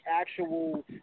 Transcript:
actual